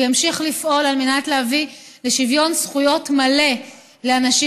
הוא ימשיך לפעול על מנת להביא לשוויון זכויות מלא לאנשים